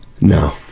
No